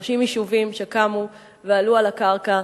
30 יישובים שקמו ועלו על הקרקע,